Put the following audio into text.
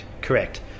Correct